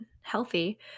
healthy